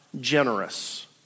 generous